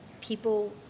People